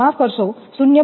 1 કરતા ઓછા છે